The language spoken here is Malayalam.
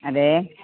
അതേ